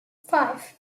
five